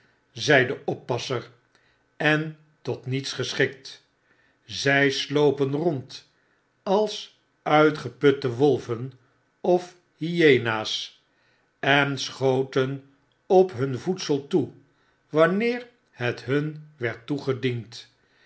de oppasser en tot niets geschiki zft slopen rond als uitgeputte wolven of hyenas en schoten op hun voedsel toe wanneer het hun werd toegediend